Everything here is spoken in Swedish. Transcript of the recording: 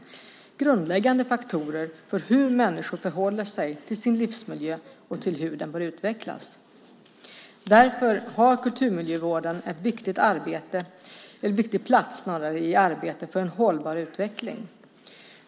Det är grundläggande faktorer för hur människor förhåller sig till sin livsmiljö och till hur den bör utvecklas. Därför har kulturmiljövården en viktig plats i arbetet för en hållbar utveckling.